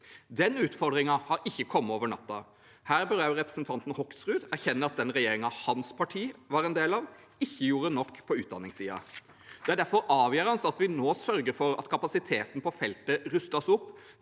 Den utfordringen har ikke kommet over natten. Her bør også representanten Hoksrud erkjenne at den regjeringen hans parti var en del av, ikke gjorde nok på utdanningssiden. Det er derfor avgjørende at vi nå sørger for at kapasiteten på feltet rustes opp